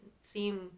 seem